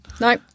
no